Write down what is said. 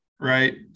right